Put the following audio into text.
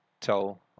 tell